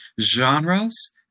genres